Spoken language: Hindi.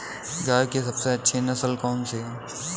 गाय की सबसे अच्छी नस्ल कौनसी है?